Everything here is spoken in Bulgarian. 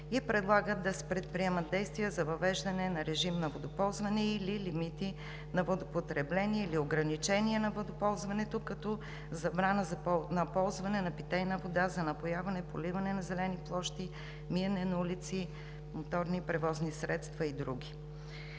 и предлагат да се предприемат действия за въвеждане на режим на водоползване и/или лимити на водопотребление, или ограничение на водоползването, като забрана на ползване на питейна вода за напояване, поливане на зелени площи, миене на улици, моторни превозни средства и други.